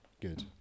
Good